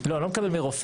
לא, אני לא מקבל מרופא.